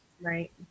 Right